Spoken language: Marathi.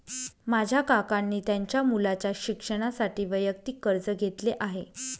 माझ्या काकांनी त्यांच्या मुलाच्या शिक्षणासाठी वैयक्तिक कर्ज घेतले आहे